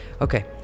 Okay